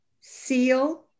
seal